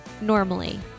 normally